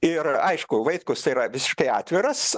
ir aišku vaitkus tai yra visiškai atviras